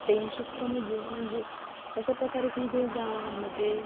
stem क्षेत्र मजे म्हणजे अशा प्रकारे की जे ज्यामध्ये